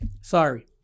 sorry